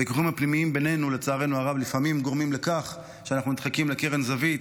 הוויכוחים הפנימיים בינינו לפעמים גורמים לכך שאנחנו נדחקים לקרן זווית,